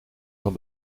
van